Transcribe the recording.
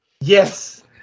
Yes